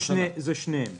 זה שניהם.